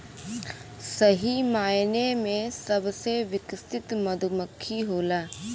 सही मायने में सबसे विकसित मधुमक्खी होला